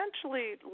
essentially